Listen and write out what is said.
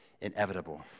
inevitable